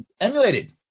Emulated